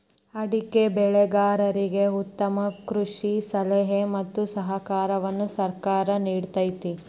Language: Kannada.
ಅಡಿಕೆ ಬೆಳೆಗಾರರಿಗೆ ಉತ್ತಮ ಕೃಷಿ ಸಲಹೆ ಮತ್ತ ಸಹಕಾರವನ್ನು ಸರ್ಕಾರ ನಿಡತೈತಿ